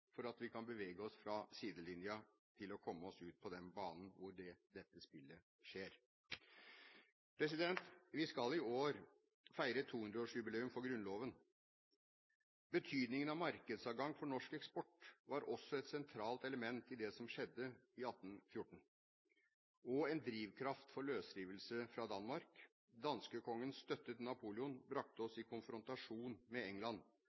for at vi kan bevege oss fra sidelinjen og komme oss ut på den banen hvor dette spillet skjer. Vi skal i år feire 200-årsjubileet for Grunnloven. Betydningen av markedsadgang for norsk eksport var også et sentralt element i det som skjedde i 1814 og en drivkraft for løsrivelse fra Danmark. Danskekongens støtte til Napoleon brakte oss i konfrontasjon med England,